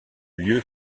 lieu